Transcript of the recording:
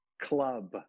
club